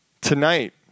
Tonight